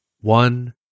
one